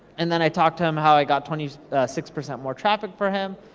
and then i talked to him, how i got twenty six percent more traffic for him,